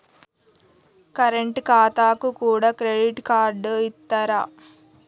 Current ఖాతాకు కూడా credit card ఇత్తరా?